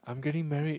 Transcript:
I'm getting married